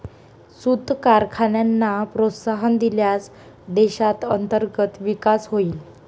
सूत कारखान्यांना प्रोत्साहन दिल्यास देशात अंतर्गत विकास होईल